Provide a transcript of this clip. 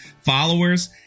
followers